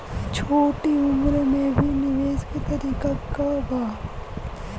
छोटी उम्र में भी निवेश के तरीका क बा?